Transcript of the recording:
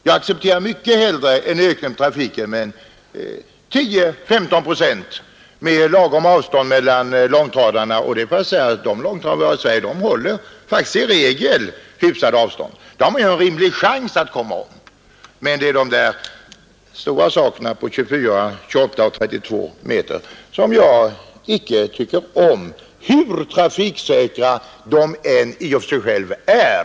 Jag accepterar mycket hellre en ökad trafik av lastbilar med 10—15 procent men med lagom avstånd mellan långtradarna. Jag måste säga att långtradarna i Sverige i regel håller hyfsade avstånd. Då har man en rimlig chans att köra om. Det är emellertid de där stora sakerna på 24, 28 och 32 meter, som jag icke tycker om, hur trafiksäkra de i och för sig än är.